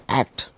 act